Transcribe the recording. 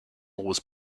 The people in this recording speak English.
was